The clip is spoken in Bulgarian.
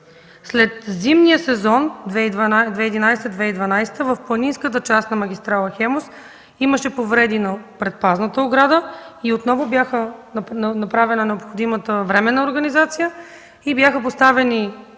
След зимния сезон 2011-2012 г. в планинската част на магистрала „Хемус” имаше повреди на предпазната ограда. Отново беше направена необходимата временна организация и поставени